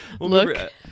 look